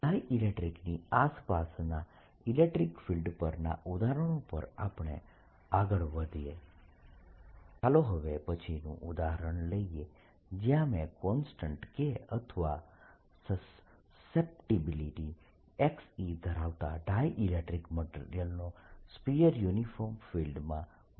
ડાયઈલેક્ટ્રીકની આસપાસના electric fields પરના ઉદાહરણો પર આગળ વધીએ ચાલો હવે પછીનું ઉદાહરણ લઈએ જ્યાં મેં કોન્સ્ટન્ટ K અથવા સસેપ્ટિબિલીટી e ધરાવતા ડાયઈલેક્ટ્રીક મટીરીયલનો સ્ફીયર યુનિફોર્મ ફિલ્ડ માં મૂક્યો છે